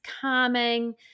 calming